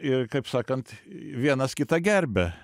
ir kaip sakant vienas kitą gerbia